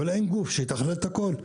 אבל אין גוף שיתכלל את הכול.